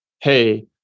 hey